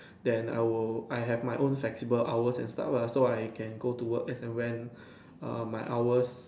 then I will I have my own flexible hours and stuff lah so I can go to work as and when err my hours